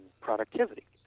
productivity